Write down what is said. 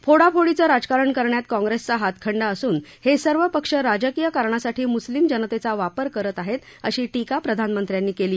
फोडाफोडीचं राजकारण करण्यात काँप्रेसचा हातखंडा असून हे सर्व पक्ष राजकीय कारणासाठी मुस्लिम जनतेचा वापर करत आहे अशी टीका प्रधानमंत्र्यांनी केली